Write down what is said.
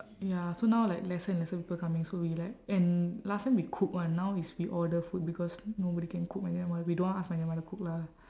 ya so now like lesser and lesser people coming so we like and last time we cook [one] now is we order food because nobody can cook my grandmother we don't want ask my grandmother cook lah